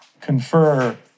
confer